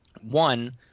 one